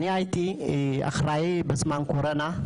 אני הייתי אחראי בזמן קורונה,